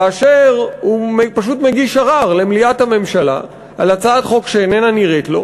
כאשר הוא פשוט מגיש ערר למליאת הממשלה על הצעת חוק שאיננה נראית לו,